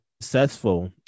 successful